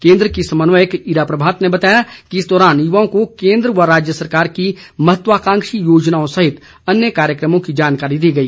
केंद्र की समन्वयक ईरा प्रभात ने बताया कि इस दौरान युवाओं को केंद्र व राज्य सरकार की महत्वकांक्षी योजनाओं सहित अन्य कार्यक्रमों की जानकारी दी गई